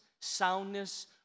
soundness